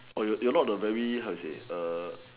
oh you you are not the very how to say err